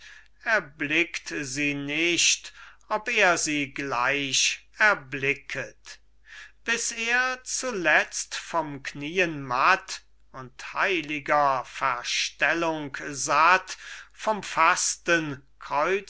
erblickt sie nicht ob er sie gleich erblicket bis er zuletzt vom knieen matt und heiliger verstellung satt vom fasten